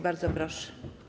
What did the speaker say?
Bardzo proszę.